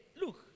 look